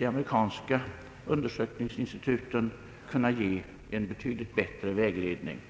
de amerikanska undersökningsinstitutens metoder skulle kunna ge en betydligt bättre vägledning.